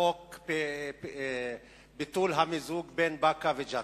לחוק ביטול המיזוג בין באקה לג'ת.